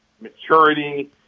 maturity